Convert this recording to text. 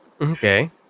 Okay